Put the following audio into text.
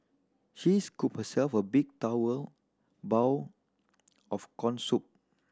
she scooped herself a big bowl of corn soup